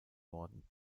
worden